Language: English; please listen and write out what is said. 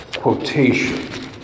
quotation